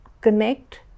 connect